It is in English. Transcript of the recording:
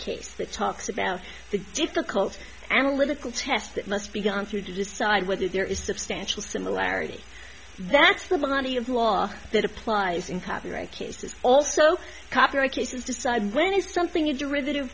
case that talks about the difficult analytical test that must be gone through to decide whether there is substantial similarity that's the money of law that applies in copyright cases also copyright cases decide when is something